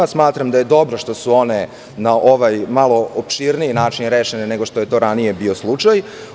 Smatram da je dobro što su one na ovaj malo opširniji način rešene, nego što je to ranije bio slučaj.